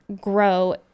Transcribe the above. grow